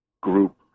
group